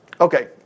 Okay